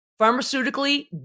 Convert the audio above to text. pharmaceutically